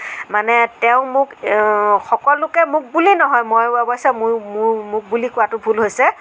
মানে তেওঁ মোক সকলোকে মোক বুলি নহয় অৱশ্যে মো মোক বুলি কোৱাতো ভুল হৈছে